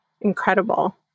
Incredible